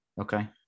okay